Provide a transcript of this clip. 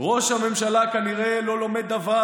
"ראש הממשלה כנראה לא לומד דבר,